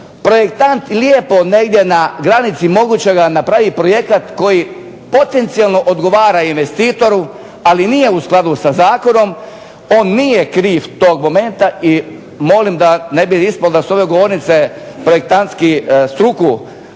projektant lijepo negdje na granici mogućega napravi projekat koji potencijalno odgovara investitoru, ali nije u skladu sa zakonom, on nije kriv tog momenta i molim da ne bi ispalo da s ove govornice projektantski struku